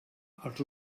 els